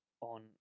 on